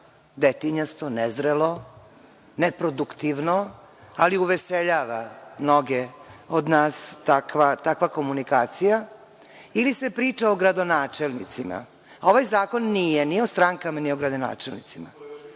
detinjasto, ne zrelo, ne produktivno, ali uveseljava mnoge od nas takva komunikacija, ili se priča o gradonačelnicima. Ovaj zakon nije ni o strankama ni o gradonačelnicima.